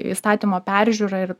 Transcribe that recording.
įstatymo peržiūrą ir